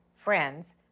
friends